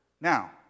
Now